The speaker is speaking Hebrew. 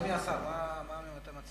אדוני השר, מה אתה מציע?